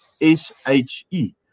S-H-E